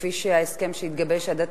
לפי ההסכם שהתגבש עד עתה,